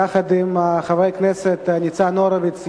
יחד עם חברי הכנסת ניצן הורוביץ,